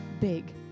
big